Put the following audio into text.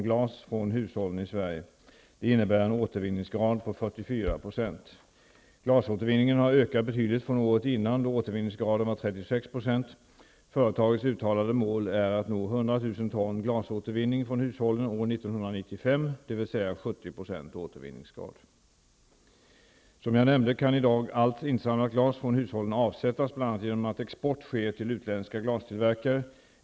Glasåtervinningen har ökat betydligt från året innan då återvinningsgraden var 36 %. Företagets uttalade mål är att nå 100 000 ton glasåtervinning från hushållen år 1995, dvs. 70 % återvinningsgrad. Som jag nämnde kan i dag allt insamlat glas från hushållen avsättas, bl.a. genom att export sker till utländska glastillverkare.